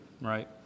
right